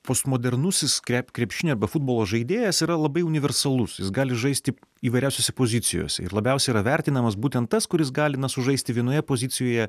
postmodernusis krep krepšino arba futbolo žaidėjas yra labai universalus jis gali žaisti įvairiausiose pozicijose ir labiausiai yra vertinamas būtent tas kuris gali na sužaisti vienoje pozicijoje